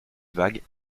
vague